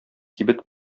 кибет